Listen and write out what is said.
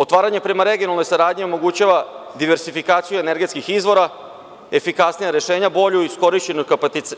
Otvaranje prema regionalnoj saradnji omogućava diversifikaciju energetskih izvora, efikasnija rešenja, bolju iskorišćenost